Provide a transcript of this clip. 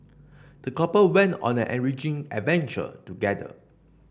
the couple went on an enriching adventure together